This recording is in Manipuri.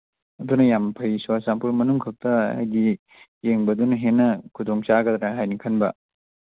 ꯑꯗꯨꯅ ꯌꯥꯝ ꯐꯩ ꯆꯨꯔꯆꯥꯟꯄꯨꯔ ꯃꯅꯨꯡꯈꯛꯇ ꯍꯥꯏꯗꯤ ꯌꯦꯡꯕꯗꯨꯅ ꯍꯦꯟꯅ ꯈꯨꯗꯣꯡꯆꯥꯒꯗ꯭ꯔꯥ ꯍꯥꯏꯅ ꯈꯟꯕ